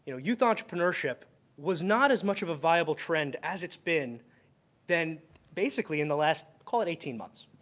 you know youth entrepreneurship was not as much of a viable trend as it's been than basically in the last, call it eighteen months.